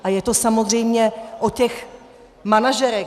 A je to samozřejmě o těch manažerech.